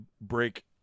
break